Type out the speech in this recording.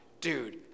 Dude